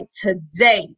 today